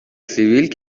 سیبیل